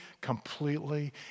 completely